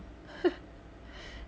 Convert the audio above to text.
!huh!